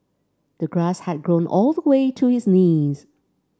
the grass had grown all the way to his knees